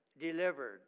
delivered